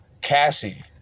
Cassie